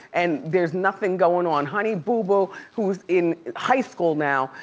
and there's nothing going on. honey boo boo, who's in high school now,